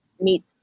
meet